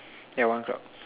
yeah one cloud